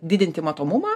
didinti matomumą